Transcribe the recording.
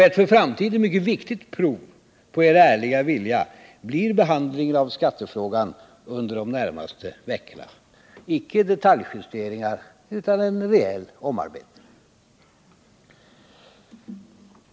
Ett för framtiden mycket viktigt prov på er ärliga vilja blir behandlingen av skattefrågan under de närmaste veckorna — och det skall inte vara detaljjusteringar utan en rejäl omarbetning.